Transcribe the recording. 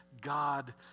God